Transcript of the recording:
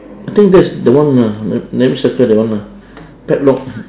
I think that's the one ah let me circle that one ah padlock